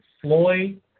Floyd